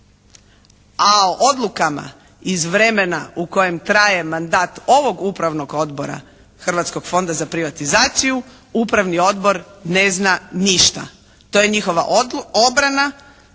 A o odlukama iz vremena u kojem traje mandata ovog Upravnog odbora Hrvatskog fonda za privatizaciju Upravni odbor ne zna ništa. To je njihova obrana